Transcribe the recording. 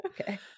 okay